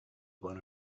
blown